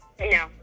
No